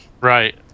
Right